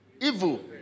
Evil